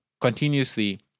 continuously